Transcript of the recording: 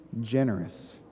generous